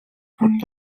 only